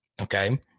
okay